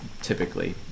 typically